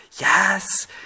yes